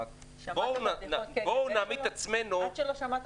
בואו נעמיד את עצמנו --- עד שלא שמעת